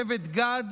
שבט גד